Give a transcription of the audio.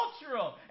cultural